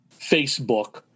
facebook